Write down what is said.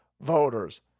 voters